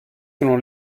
selon